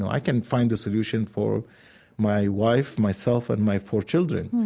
i can find a solution for my wife, myself, and my four children.